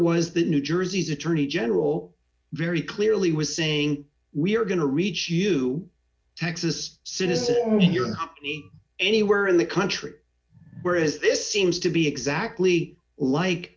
was the new jersey's attorney general very clearly was saying we are going to reach you texas citizen or your company anywhere in the country where is this seems to be exactly like